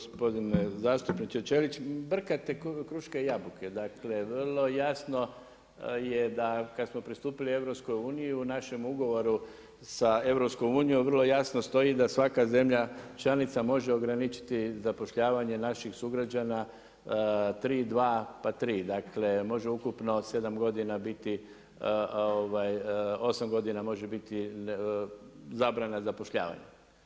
Uvaženi gospodine zastupniče, brkate kruške i jabuke, dakle vrlo jasno je da kad smo pristupili EU, u našem ugovorom sa EU, vrlo jasno stoji da svaka zemlja, članica može ograničiti zapošljavanje naših sugrađana, 3, 2, pa 3, dakle, može ukupno 7 godina biti, 8 godina može biti zabrana zapošljavanja.